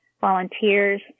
volunteers